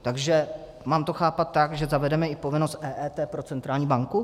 Takže mám to chápat tak, že zavedeme i povinnost EET pro centrální banku?